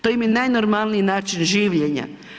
To im je najnormalniji način življenja.